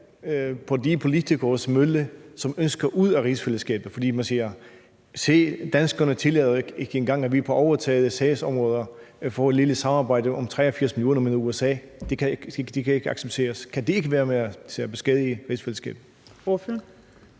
på de politikeres mølle, som ønsker at komme ud af rigsfællesskabet, fordi man siger: Se, danskerne tillader jo ikke engang, at vi på overtagne sagsområder får et lille samarbejde om 83 mio. med USA, det kan ikke accepteres? Kan det ikke være med til at beskadige rigsfællesskabet?